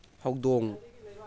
ꯍꯧꯗꯣꯡ